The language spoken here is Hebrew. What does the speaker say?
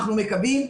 אנחנו מקווים,